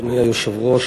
אדוני היושב-ראש,